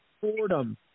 Fordham